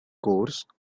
coarse